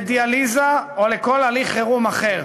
לדיאליזה או לכל הליך חירום אחר?